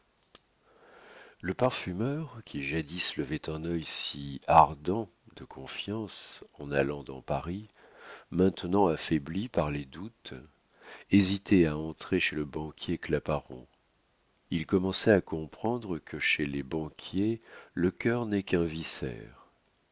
le parfumeur qui jadis levait un œil si ardent de confiance en allant dans paris maintenant affaibli par les doutes hésitait à entrer chez le banquier claparon il commençait à comprendre que chez les banquiers le cœur n'est qu'un